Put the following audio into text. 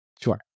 Sure